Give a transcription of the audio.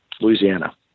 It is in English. Louisiana